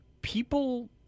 People